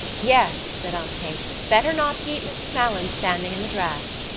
yes, said aunt kate. better not keep mrs. malins standing in the draught.